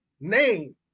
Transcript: name